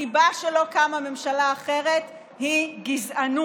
הסיבה שלא קמה ממשלה אחרת היא גזענות,